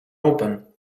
open